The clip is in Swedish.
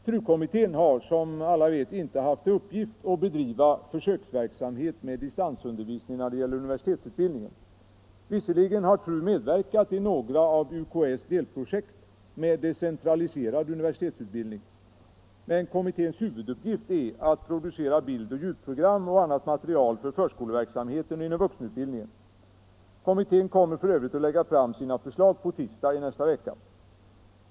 TRU-kommittén har, som alla vet, inte haft till uppgift att bedriva försöksverksamhet med distansundervisning när det gäller universitetsutbildningen. Visserligen har TRU medverkat i några av UKÄ:s delprojekt med decentraliserad universitetsutbildning. Kommitténs huvuduppgift är emellertid att producera bildoch ljudprogram och annat material för förskoleverksamheten och inom vuxenutbildningen. Kommittén kommer för övrigt att lägga fram sina förslag på tisdag i nästa vecka.